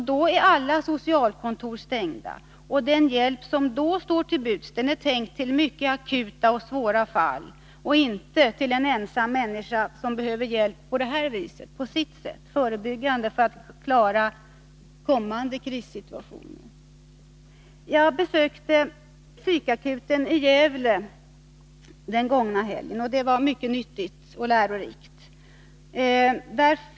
Då är alla socialkontor stängda, och den hjälp som då står till buds är tänkt för mycket akuta och svåra fall, inte till en ensam människa som behöver hjälp på sitt sätt, förebyggande för att klara kommande krissituationer. Jag besökte psykakuten i Gävle den gångna helgen. Det var mycket nyttigt och lärorikt.